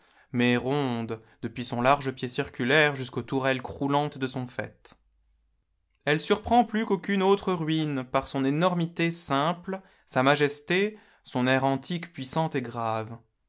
mais ronde depuis son large pied circulaire jusqu'aux tourelles croulantes de son faîte elle surprend plus qu'aucune autre ruine par son énormité simple sa majesté son air antique puissant et grave